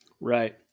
Right